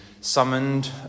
summoned